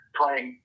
playing